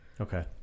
Okay